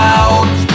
out